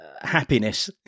happiness